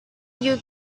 you